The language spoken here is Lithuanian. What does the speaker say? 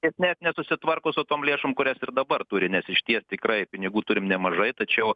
jis net nesusitvarko su tom lėšom kurias ir dabar turi nes išties tikrai pinigų turim nemažai tačiau